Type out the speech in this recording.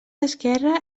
esquerra